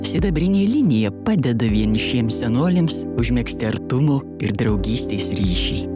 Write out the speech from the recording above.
sidabrinė linija padeda vienišiems senoliams užmegzti artumo ir draugystės ryšį